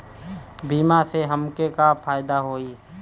बीमा से हमके का फायदा होई?